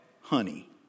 honey